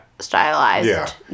stylized